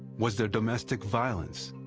was there domestic violence?